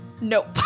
Nope